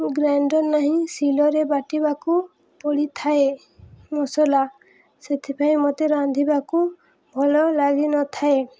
grinder ନାହିଁ ଶିଲରେ ବାଟିବାକୁ ପଡ଼ିଥାଏ ମସଲା ସେଥିପାଇଁ ମୋତେ ରାନ୍ଧିବାକୁ ଭଲ ଲାଗିନଥାଏ